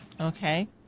Okay